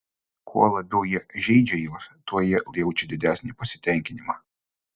kuo labiau jie žeidžia juos tuo jie jaučia didesnį pasitenkinimą